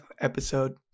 episode